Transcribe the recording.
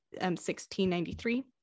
1693